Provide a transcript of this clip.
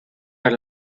are